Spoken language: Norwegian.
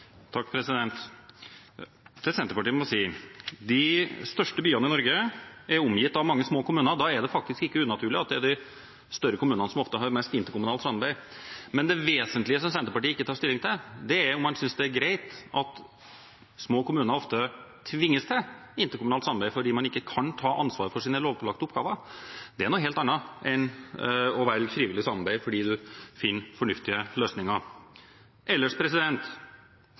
Til Senterpartiet må jeg si: De største byene i Norge er omgitt av mange små kommuner, og da er det faktisk ikke unaturlig at det er de større kommunene som ofte har mest interkommunalt samarbeid. Men det vesentlige som Senterpartiet ikke tar stilling til, er om man synes det er greit at små kommuner ofte tvinges til interkommunalt samarbeid, fordi man ikke kan ta ansvar for sine lovpålagte oppgaver. Det er noe helt annet enn å velge frivillig samarbeid fordi man finner fornuftige løsninger. Ellers: